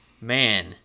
man